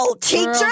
Teacher